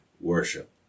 worship